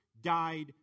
died